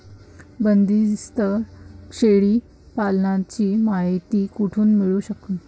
बंदीस्त शेळी पालनाची मायती कुठून मिळू सकन?